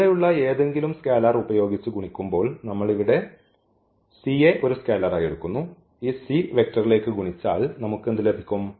ഇവിടെയുള്ള ഏതെങ്കിലും സ്കെയിലർ ഉപയോഗിച്ച് ഗുണിക്കുമ്പോൾ നമ്മൾ ഇവിടെ c യെ ഒരു സ്കെയിലറായി എടുക്കുന്നു ഈ സി വെക്റ്ററിലേക്ക് ഗുണിച്ചാൽ നമുക്ക് എന്ത് ലഭിക്കും